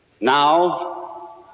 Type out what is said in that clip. Now